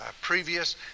previous